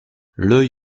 l’œil